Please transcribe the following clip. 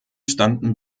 standen